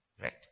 Right